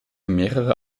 mehrere